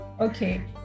Okay